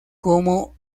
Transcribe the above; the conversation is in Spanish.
como